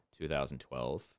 2012